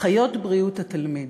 אחיות בריאות התלמיד.